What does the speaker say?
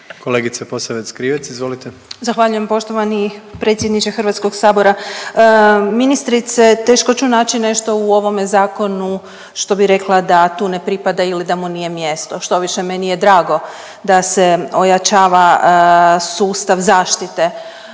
Krivec, Ivana (Socijaldemokrati)** Zahvaljujem poštovani predsjedniče HS. Ministrice, teško ću naći nešto u ovome zakonu što bi rekla da tu ne pripada ili da mu nije mjesto, štoviše meni je drago da se ojačava sustav zaštite